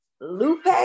Lupe